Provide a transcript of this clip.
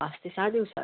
पाच ते सहा दिवसात